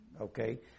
Okay